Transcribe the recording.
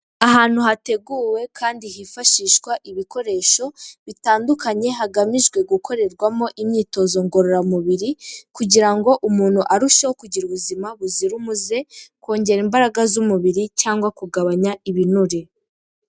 Ahantu hateguwe kandi hifashishwa ibikoresho bitandukanye hagamijwe gukorerwamo imyitozo ngororamubiri, kugira ngo umuntu arusheho kugira ubuzima buzira umuze, kongera imbaraga z'umubiri, cyangwa kugabanya ibinure.